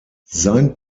sein